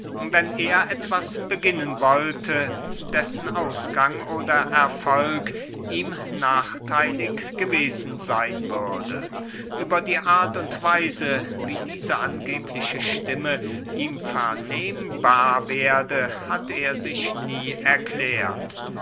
wenn er etwas beginnen wollte dessen ausgang oder erfolg ihm nachtheilig gewesen seyn würde über die art und weise wie diese angebliche stimme ihm vernehmbar werde hat er sich nie erklärt